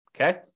Okay